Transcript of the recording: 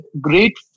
great